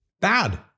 Bad